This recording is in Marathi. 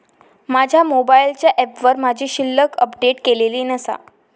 माझ्या मोबाईलच्या ऍपवर माझी शिल्लक अपडेट केलेली नसा